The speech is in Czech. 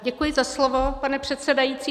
Děkuji za slovo, pane předsedající.